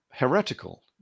Heretical